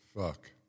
Fuck